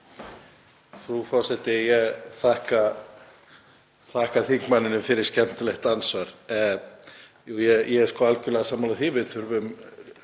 Frú forseti. Ég þakka þingmanninum fyrir skemmtilegt andsvar. Ég er algerlega sammála því, við þurfum